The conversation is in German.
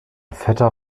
vetter